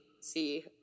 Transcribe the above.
see